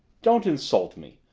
don't insult me!